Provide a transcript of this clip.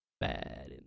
bad